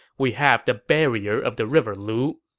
we have the barrier of the river lu.